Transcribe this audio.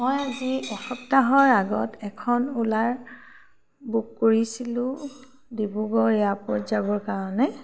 মই আজি এসপ্তাহৰ আগত এখন ওলা বুক কৰিছিলোঁ ডিব্ৰুগড় এয়াৰপৰ্ট যাবৰ কাৰণে